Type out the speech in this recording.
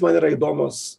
man yra įdomios